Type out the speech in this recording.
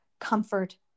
comfort